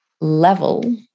level